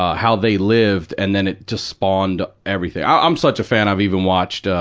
how they lived. and then it just spawned everything. i, i'm such a fan i've even watched, ah,